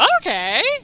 Okay